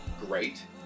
great